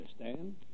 understand